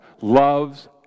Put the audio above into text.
loves